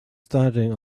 standing